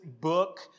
book